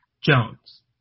Jones